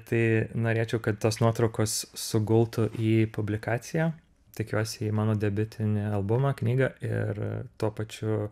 tai norėčiau kad tos nuotraukos sugultų į publikaciją tikiuosi į mano debiutinį albumą knygą ir tuo pačiu